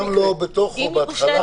זה קיים לו בתוכו, בהתחלה.